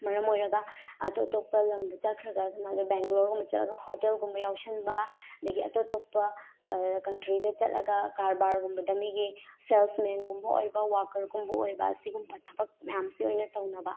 ꯃꯔꯝ ꯑꯣꯏꯔꯒ ꯑꯇꯣꯞ ꯑꯇꯣꯞꯄ ꯂꯝꯗ ꯆꯠꯈ꯭ꯔꯒ ꯁꯝꯅ ꯍꯥꯏꯔꯕꯗ ꯕꯦꯡꯒꯂꯣꯔꯒꯨꯝꯕ ꯆꯠꯂꯒ ꯍꯣꯇꯦꯜꯒꯨꯝꯕ ꯌꯥꯎꯁꯤꯟꯕ ꯑꯗꯒꯤ ꯑꯇꯣꯞ ꯑꯇꯣꯞꯄ ꯀꯟꯇ꯭ꯔꯤꯗ ꯆꯠꯂꯒ ꯀꯔꯕꯥꯔꯒꯨꯝꯕꯗ ꯃꯤꯒꯤ ꯁꯦꯜꯁꯃꯦꯟꯒꯨꯝꯕ ꯑꯣꯏꯕ ꯋꯥꯔꯀꯔꯒꯨꯝꯕ ꯑꯣꯏꯕ ꯁꯤꯒꯨꯝꯕ ꯊꯕꯛ ꯃꯌꯥꯝꯁꯦ ꯑꯣꯏꯅ ꯇꯧꯅꯕ